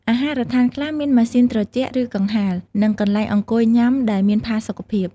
អាហារដ្ឋានខ្លះមានម៉ាស៊ីនត្រជាក់ ឬកង្ហារ និងកន្លែងអង្គុយញ៉ាំដែលមានផាសុខភាព។